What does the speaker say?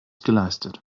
geleistet